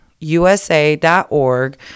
USA.org